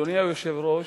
אדוני היושב-ראש,